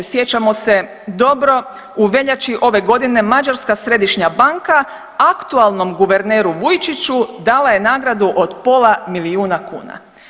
Sjećamo se dobro u veljači ove godine Mađarska središnja banka aktualnom guverneru Vujčiću dala je nagradu od pola milijuna kuna.